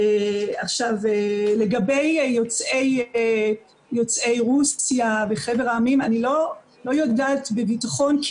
לגבי יוצאי רוסיה וחבר העמים אני לא יודעת בביטחון.